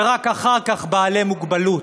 ורק אחר כך בעלי מוגבלות,